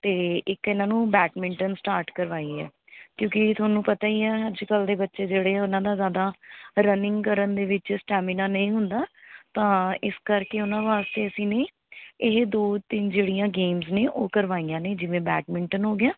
ਅਤੇ ਇੱਕ ਇਨ੍ਹਾਂ ਨੂੰ ਬੈਡਮਿੰਟਨ ਸਟਾਰਟ ਕਰਵਾਈ ਹੈ ਕਿਉਂਕਿ ਤੁਹਾਨੂੰ ਪਤਾ ਹੀ ਹੈ ਅੱਜ ਕੱਲ੍ਹ ਦੇ ਬੱਚੇ ਜਿਹੜੇ ਉਨ੍ਹਾਂ ਦਾ ਜ਼ਿਆਦਾ ਰਨਿੰਗ ਕਰਨ ਦੇ ਵਿੱਚ ਸਟੈਮੀਨਾ ਨਹੀਂ ਹੁੰਦਾ ਤਾਂ ਇਸ ਕਰਕੇ ਉਨ੍ਹਾਂ ਵਾਸਤੇ ਅਸੀਂ ਨੇ ਇਹ ਦੋ ਤਿੰਨ ਜਿਹੜੀਆਂ ਗੇਮਜ਼ ਨੇ ਉਹ ਕਰਵਾਈਆਂ ਨੇ ਜਿਵੇਂ ਬੈਡਮਿੰਟਨ ਹੋ ਗਿਆ